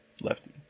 lefty